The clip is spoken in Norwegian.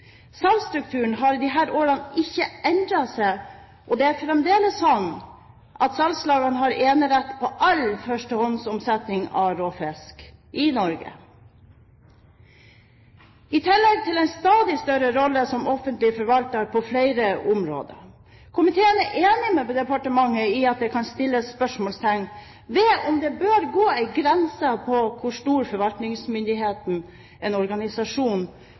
har i disse årene ikke endret seg. Det er fremdeles sånn at salgslagene har enerett på all førstehåndsomsetning av råfisk i Norge, i tillegg til en stadig større rolle som offentlig forvalter på flere områder. Komiteen er enig med departementet i at det kan stilles spørsmål ved om det bør gå en grense for hvor stor forvaltningsmyndighet en organisasjon